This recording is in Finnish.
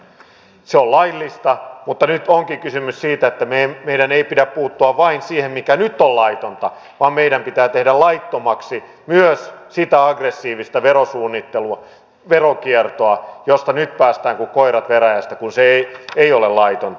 se on laillista mutta nyt onkin kysymys siitä että meidän ei pidä puuttua vain siihen mikä nyt on laitonta vaan meidän pitää tehdä laittomaksi myös sitä aggressiivista verosuunnittelua veronkiertoa josta nyt päästään kuin koirat veräjästä kun se ei ole laitonta